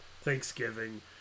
Thanksgiving